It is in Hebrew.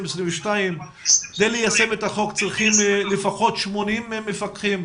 מפקחים אבל כדי ליישם את החוק צריכים לפחות 80 מפקחים.